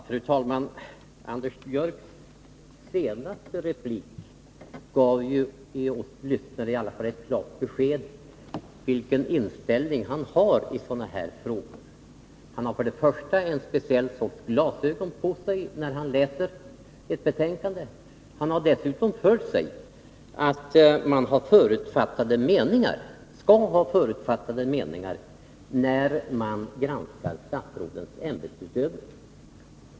Fru talman! Anders Björcks senaste replik gav lyssnare ett klart besked om vilken inställning han har i sådana här frågor. Han har en speciell sorts glasögon på sig när han läser ett betänkande. Dessutom har han för sig att man skall ha förutfattade meningar när man granskar statsrådens ämbetsutövning.